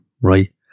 right